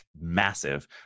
massive